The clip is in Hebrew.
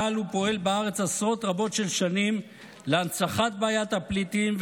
ופועל בארץ עשרות רבות של שנים להנצחת בעיית הפליטים,